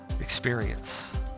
experience